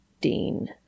Dean